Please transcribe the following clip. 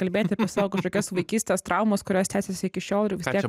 kalbėti apie savo kažkokias vaikystės traumas kurios tęsiasi iki šiol ir vis tiek